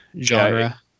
genre